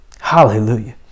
Hallelujah